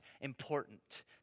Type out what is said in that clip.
important